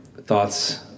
Thoughts